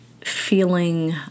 feeling